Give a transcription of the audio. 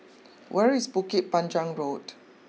where is Bukit Panjang Road